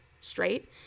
straight